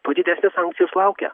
tuo didesnės sankcijos laukia